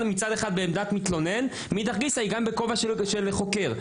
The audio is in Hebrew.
אחד בעמדת מתלונן ומאידך גיסא היא גם בכובע של חוקר.